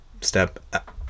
step